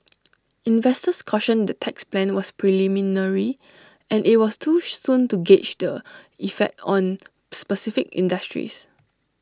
investors cautioned the tax plan was preliminary and IT was too soon to gauge the effect on specific industries